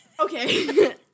Okay